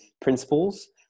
principles